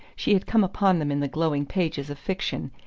she had come upon them in the glowing pages of fiction,